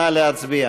נא להצביע.